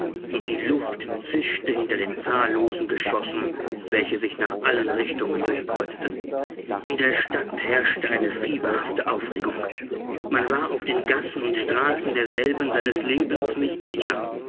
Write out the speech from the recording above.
und die luft zischte hinter den zahllosen geschossen welche sie nach allen richtungen durchkreuzten in der stadt herrschte eine fieberhafte aufregung man war auf den gassen und straßen derselben seines lebens nicht sicher